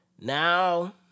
Now